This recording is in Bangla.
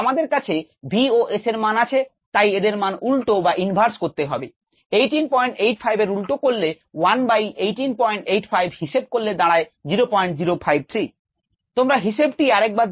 আমাদের কাছে v ও s এর মান আছে তাই এদের মান উল্টো করলে দাঁড়ায় 006